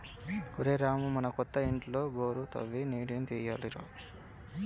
ఒరేయ్ రామూ మన కొత్త ఇంటిలో బోరు తవ్వి నీటిని తీయాలి రా